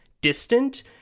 distant